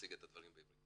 ונציג את הדברים בעברית.